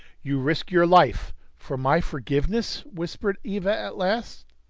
you risk your life for my forgiveness? whispered eva at last.